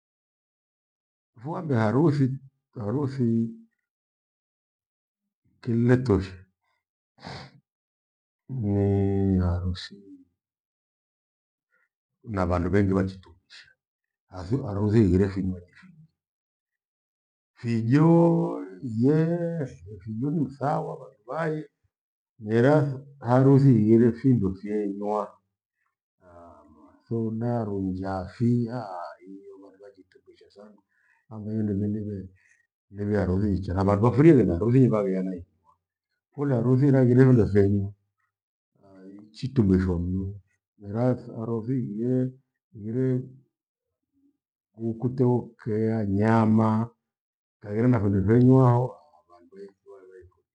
Fughambe haruthi- haruthi kiletoshe nii haruthi na vandu vengi vachitumbisha. Hathu haruthi ighire finywaji fingi, fijoo yee fijofijo minthawa vandu vale meratha haruthi highire findo fyenywa. Ama thoda, runjiafi aah! hiyo vandu vajitukusha sana. Handu wainde vindiwe ili iwe haruthi icha na vandu vafurie vene haruthi ivaghena hiyo kua. Kula haruthi iraghire findo fenywu hai chitumbishwa mnuyo. Mira haruthi ighire, ighire nguku teokea, nyama ikaghira na phindo venywaho, aah! vandu veikoikorera iko.